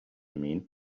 mean